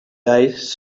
dies